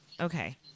okay